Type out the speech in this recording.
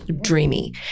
dreamy